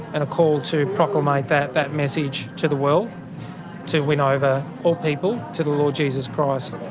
and call to proclamate that that message to the world to win over all people to the lord jesus christ.